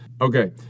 okay